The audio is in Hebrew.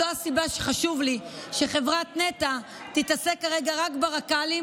זו הסיבה שחשוב לי שחברת נת"ע תתעסק כרגע רק ברק"לים,